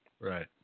Right